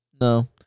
No